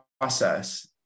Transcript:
process